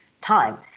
time